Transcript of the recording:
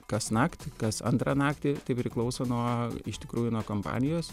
kasnakt kas antrą naktį tai priklauso nuo iš tikrųjų nuo kompanijos